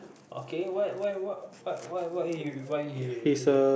okay what why what what what what why he irritates you